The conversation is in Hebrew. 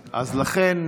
לכן,